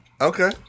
Okay